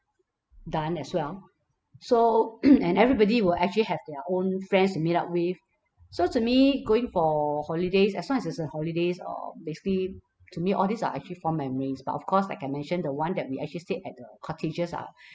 done as well so and everybody will actually have their own friends to meet up with so to me going for holidays as long as it's a holidays or basically to me all these are actually fond memories but of course like I mentioned the one that we actually stayed at the cottages are